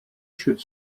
should